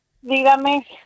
Dígame